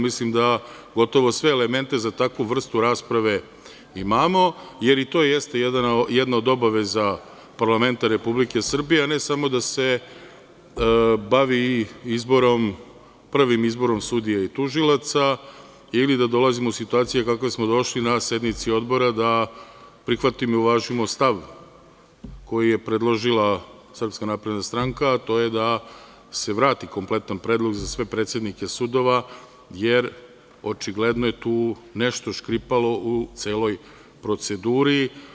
Mislim da gotovo sve elemente za takvu vrstu rasprave imamo, jer to i jeste jedna od obaveza parlamenta Republike Srbije, a ne samo da se bavi prvim izborom sudija i tužilaca ili da dolazimo u situacije u kakve smo došli na sednici Odbora, da prihvatimo i uvažimo stav koji je predložila SNS, a to je da se vrati kompletan predlog za sve predsednike sudova, jer očigledno je tu nešto škripalo u celoj proceduri.